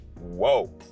whoa